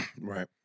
Right